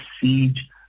siege